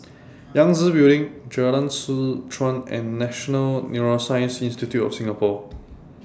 Yangtze Building Jalan Seh Chuan and National Neuroscience Institute of Singapore